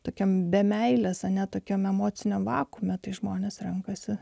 tokiam be meilės ane tokiam emociniam vakuume tai žmonės renkasi